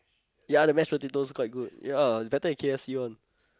ya the mash potatoes quite good ya better than K_F_C one